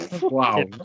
Wow